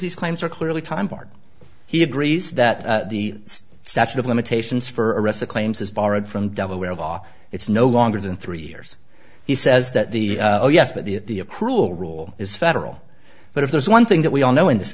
these claims are clearly time part he agrees that the statute of limitations for rest of claims is borrowed from delaware law it's no longer than three years he says that the oh yes but the cruel rule is federal but if there's one thing that we all know in this